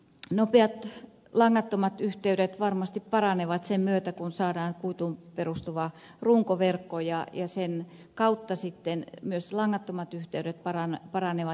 nopeat langattomat yhteydet varmasti paranevat sen myötä kun saadaan kuituun perustuva runkoverkko ja sen kautta sitten myös langattomat yhteydet paranevat